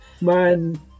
Man